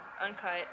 uncut